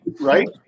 right